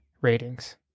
ratings